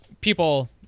people